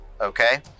Okay